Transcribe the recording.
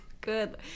Good